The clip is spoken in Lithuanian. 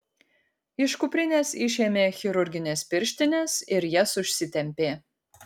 iš kuprinės išėmė chirurgines pirštines ir jas užsitempė